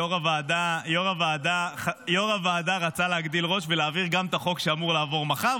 יושב-ראש הוועדה רצה להגדיל ראש ולהעביר גם את החוק שאמור לעבור מחר,